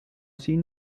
sin